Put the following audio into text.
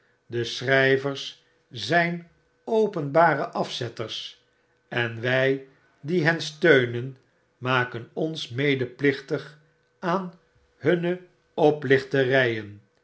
de schryvers zyn openbare afzetters en wy die hen steunen maken ons medeplichtig aan hunne oplichteryen